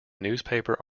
newspaper